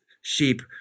sheep